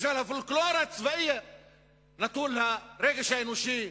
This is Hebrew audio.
בשביל הפולקלור הצבאי נטול הרגש האנושי.